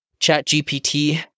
ChatGPT